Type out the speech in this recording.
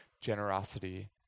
generosity